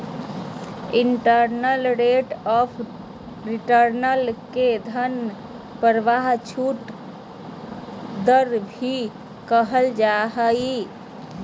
internal rate of return के धन प्रवाह छूट दर भी कहल जा हय